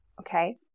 Okay